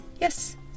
Yes